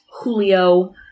Julio